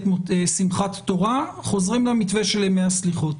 שמחת תורה חוזרים למתווה של ימי הסליחות?